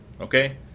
okay